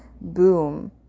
boom